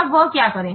तब वह क्या करे